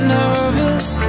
nervous